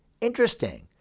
Interesting